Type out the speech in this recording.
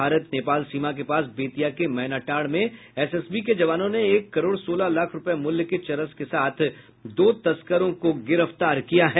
भारत नेपाल सीमा के पास बेतिया के मैनाटांड में एसएसबी के जवानों ने एक करोड़ सोलह लाख रूपये मूल्य के चरस के साथ दो तस्करों को गिरफ्तार किया है